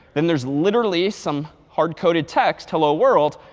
then there's literally some hard coded text, hello world.